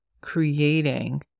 creating